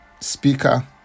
speaker